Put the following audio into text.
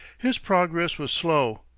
his progress was slow.